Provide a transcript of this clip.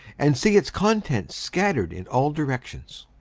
and see its contents scattered in all directions.